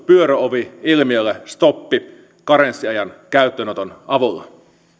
pyöröovi ilmiölle stoppi karenssiajan käyttöönoton avulla